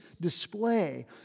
display